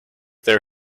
there